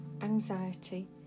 anxiety